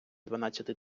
дванадцяти